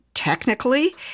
Technically